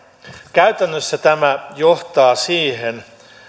käytännössä tämä johtaa siihen